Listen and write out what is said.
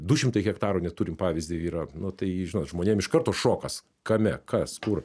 du šimtai hektarų neturime pavyzdį yra nu tai žinot žmonėm iš karto šokas kame kas kur